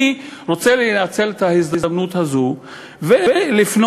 אני רוצה לנצל את ההזדמנות הזאת ולפנות,